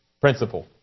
principle